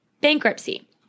bankruptcy